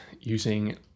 using